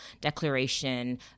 Declaration